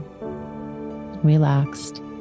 relaxed